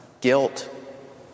guilt